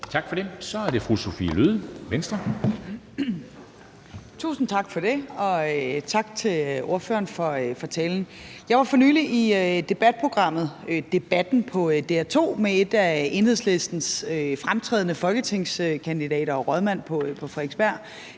Venstre. Kl. 13:54 Sophie Løhde (V): Tusind tak for det. Og tak til ordføreren for talen. Jeg var for nylig i debatprogrammet Debatten på DR2 med en af Enhedslistens fremtrædende folketingskandidater og rådmand på Frederiksberg,